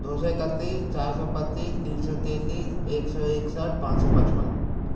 दो सौ इकतीस चार सौ पच्चीस तीन सौ तैंतीस एक सौ इकसठ पाँच सौ पचपन